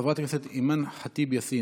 חברת הכנסת אימאן ח'טיב יאסין,